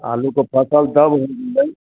आलू के फसल दब हो गेलै